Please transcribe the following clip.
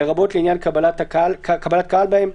לרבות לעניין קבלת קהל בהם,